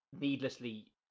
needlessly